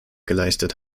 geleistet